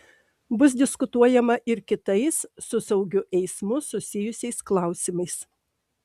bus diskutuojama ir kitais su saugiu eismu susijusiais klausimais